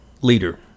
Leader